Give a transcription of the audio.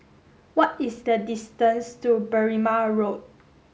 what is the distance to Berrima Road